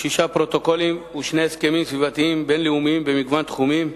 שישה פרוטוקולים ושני הסכמים סביבתיים בין-לאומיים במגוון תחומים,